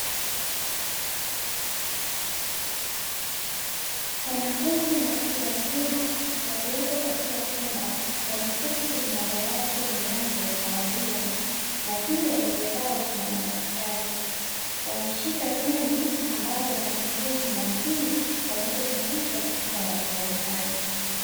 Wanafunzi na watu wazima waliopo katika chumba wameketi kwenye madawati yenye rangi ya kahawia na juu ya meza zao kuna madaftari. Wameshika peni ambazo wanatumia kunakili wanachofundishwa katika madaftari hayo.